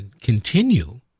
continue